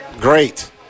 great